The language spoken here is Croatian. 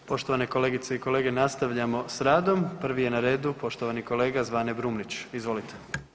Poštovane kolegice i kolege, nastavljamo s radom, prvi je na redu poštovani kolega Zvane Brumnić, izvolite.